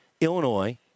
Illinois